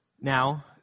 now